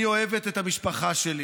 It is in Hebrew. אני אוהבת את המשפחה שלי